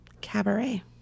cabaret